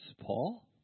Paul